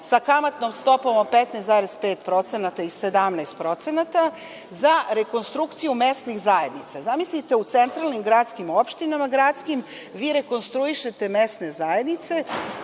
sa kamatnom stopom od 15,5% i 17% za rekonstrukciju mesnih zajednica. Zamislite u centralnim gradskim opštinama vi rekonstruišete mesne zajednice